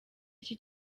iki